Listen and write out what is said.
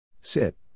Sit